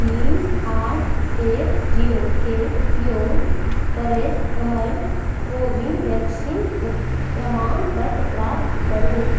तीन आठ एक जीरोके उपयोग करैत हमर कोविन वैक्सीन प्रमाणपत्र प्राप्त करू